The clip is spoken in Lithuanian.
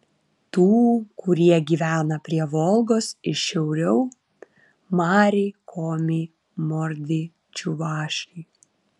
tų kurie gyvena prie volgos ir šiauriau mariai komiai mordviai čiuvašai